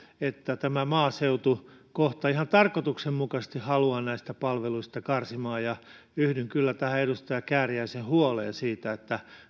että maaseutu kohta ihan tarkoituksenmukaisesti halutaan näistä palveluista karsia ja yhdyn kyllä tähän edustaja kääriäisen huoleen siitä